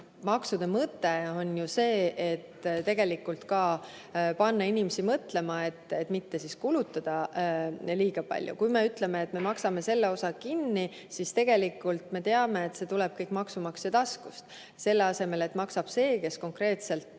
Maksude mõte on ju see, et ka tegelikult panna inimesi mõtlema, kuidas mitte kulutada liiga palju. Kui me ütleme, et me maksame selle osa kinni, siis tegelikult me teame, et see kõik tuleb maksumaksja taskust. Selle asemel et maksaks see, kes konkreetselt